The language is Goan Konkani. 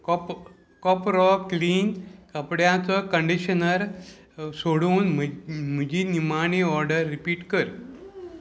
कोप कॉपरो क्लीन कपड्याचो कंडीशनर सोडून म्हजी निमाणी ऑर्डर रिपीट कर